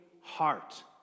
heart